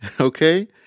Okay